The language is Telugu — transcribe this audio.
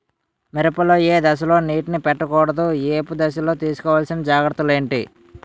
మిరప లో ఏ దశలో నీటినీ పట్టకూడదు? ఏపు దశలో తీసుకోవాల్సిన జాగ్రత్తలు ఏంటి?